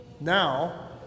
now